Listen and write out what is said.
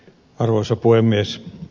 arvoisa puhemies